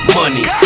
money